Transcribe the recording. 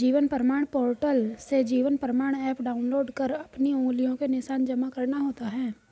जीवन प्रमाण पोर्टल से Jeevan Pramaan app download कर अपनी उंगलियों के निशान जमा करना होता है